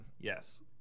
Yes